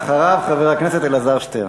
אחריו, חבר הכנסת אלעזר שטרן.